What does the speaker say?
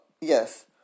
yes